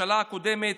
בממשלה הקודמת,